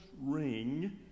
ring